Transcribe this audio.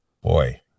Boy